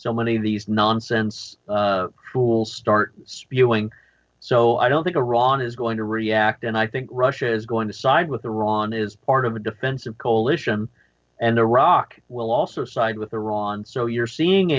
so many of these nonsense fools start spewing so i don't think iran is going to react and i think russia is going to side with iran is part of a defensive coalition and iraq will also side with iran so you're seeing